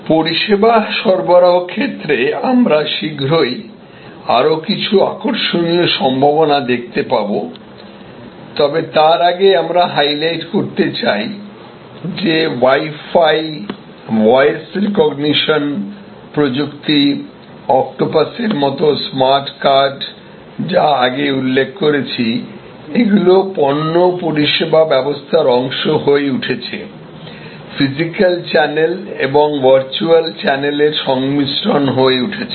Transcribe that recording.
পরিষেবা সরবরাহ ক্ষেত্রে আমরা শীঘ্রই আরও কিছু আকর্ষণীয় সম্ভাবনা দেখতে পাব তবে তার আগে আমরা হাইলাইট করতে চাইযে ওয়াই ফাই ভয়েস রিকগনিশন প্রযুক্তি অক্টোপাসের মতো স্মার্টকার্ডস যা আগে উল্লেখ করেছি এগুলি পণ্য পরিষেবা ব্যবস্থার অংশ হয়ে উঠছেফিজিক্যাল চ্যানেল এবং ভার্চুয়াল চ্যানেলের সংমিশ্রণ হয়ে উঠছে